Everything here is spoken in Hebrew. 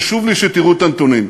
חשוב לי שתראו את הנתונים.